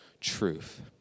truth